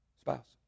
spouse